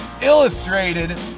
illustrated